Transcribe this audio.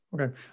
okay